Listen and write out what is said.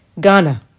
Ghana